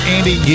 Andy